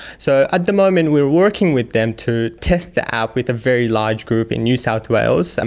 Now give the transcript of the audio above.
so at the moment we are working with them to test the app with a very large group in new south wales, and